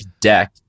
deck